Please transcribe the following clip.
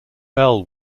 bell